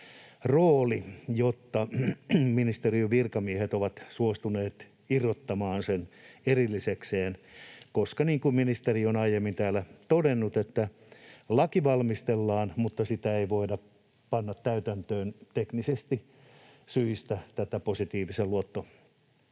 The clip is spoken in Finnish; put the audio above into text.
rooli, jotta ministeriön virkamiehet ovat suostuneet irrottamaan sen erillisekseen, koska niin kuin ministeri on aiemmin täällä todennut, laki valmistellaan, mutta ei voida panna täytäntöön teknisistä syistä tätä positiivisen